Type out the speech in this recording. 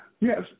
Yes